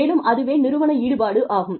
மேலும் அதுவே நிறுவன ஈடுபாடு ஆகும்